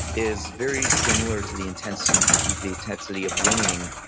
is very similar to the intensity the intensity of winning,